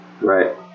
right